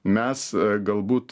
mes galbūt